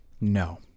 No